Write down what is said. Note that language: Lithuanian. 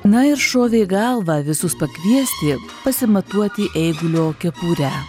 na ir šovė į galvą visus pakviesti pasimatuoti eigulio kepurę